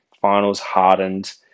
finals-hardened